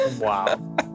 Wow